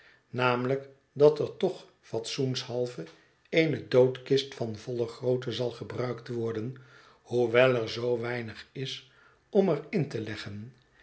namelijk dat er toch fatsoenshalve eene doodkist van volle grootte zal gebruikt worden hoewel er zoo weinig is om er in te leggen